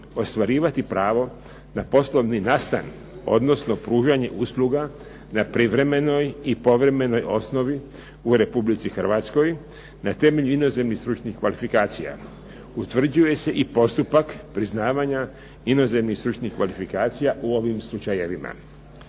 ostvarivati pravo na poslovni nastan, odnosno pružanje usluga na privremenoj i povremenoj osnovi u Republici Hrvatskoj na temelju inozemnih stručnih kvalifikacija. Utvrđuje se i postupak priznavanja inozemnih stručnih kvalifikacija u ovim slučajevima.